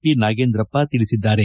ಪಿನಾಗೇಂದ್ರಪ್ಪ ತಿಳಿಸಿದ್ದಾರೆ